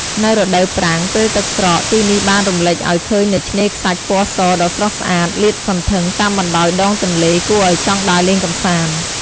នៅរដូវប្រាំង ពេលទឹកស្រក ទីនេះបានរំលេចឲឃើញនូវឆ្នេខ្សាច់ពណ៌សដ៏ស្រស់ស្អាត លាតសន្ធឹង តាមបណ្តោយដងទន្លេ គួរឲ្យចង់ដើរលេងកំសាន្ត។